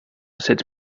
set